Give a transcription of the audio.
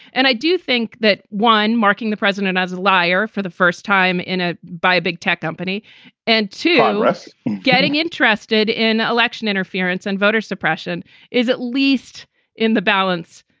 and i do think that one marking the president as a liar for the first time in a by a big tech company and to unrest, getting interested in election interference and voter suppression is at least in the balance,